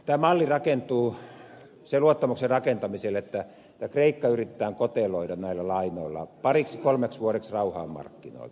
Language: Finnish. tämä malli rakentuu sen luottamuksen rakentamiselle että kreikka yritetään koteloida näillä lainoilla pariksi kolmeksi vuodeksi rauhaan markkinoilta